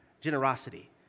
Generosity